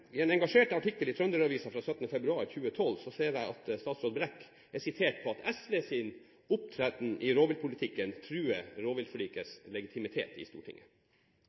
I en engasjert artikkel i Trønder-Avisa fra 17. februar 2012 ser jeg at statsråd Brekk er sitert på at SVs opptreden i rovviltpolitikken truer rovviltforlikets legitimitet i Stortinget.